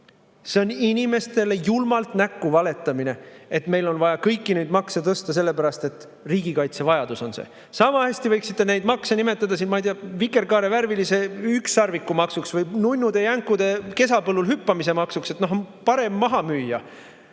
See on inimestele julmalt näkku valetamine, et meil on vaja kõiki makse tõsta sellepärast, et see on riigikaitse vajadus. Sama hästi võiksite neid makse nimetada siin – ma ei tea – vikerkaarevärvilise ükssarviku maksuks või nunnude jänkude kesapõllul hüppamise maksuks, et seda paremini maha müüa.